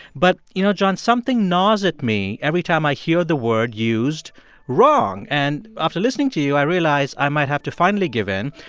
but, you know, john, something gnaws at me every time i hear the word used wrong. and after listening to you, i realize i might have to finally give in.